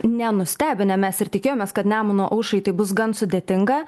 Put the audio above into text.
nenustebinę mes ir tikėjomės kad nemuno aušrai tai bus gan sudėtinga